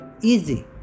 easy